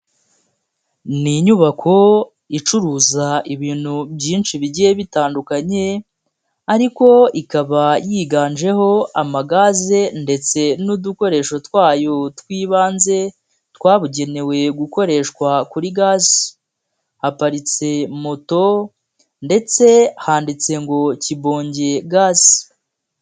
Ni inyubako icuruza ibintu byinshi bigiye bitandukanye, ariko ikaba yiganjeho amagaze ndetse n'udukoresho twayo tw'ibanze twabugenewe gukoreshwa kuri gaze, haparitse moto ndetse handitse ngo Kibonge gaze.